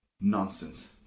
Nonsense